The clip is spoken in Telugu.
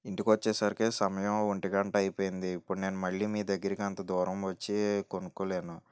ఇంటికి వచ్చేసరికి సమయం ఒంటిగంట అయిపోయింది ఇప్పుడు నేను మళ్ళీ మీ దగ్గరకి అంత దూరం వచ్చి కొనుక్కోలేను